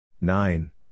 Nine